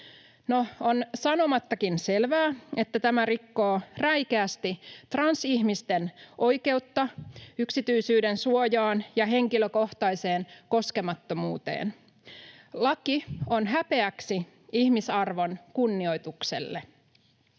on sanomattakin selvää, että tämä rikkoo räikeästi transihmisten oikeutta yksityisyyden suojaan ja henkilökohtaiseen koskemattomuuteen. Laki on häpeäksi ihmisarvon kunnioitukselle.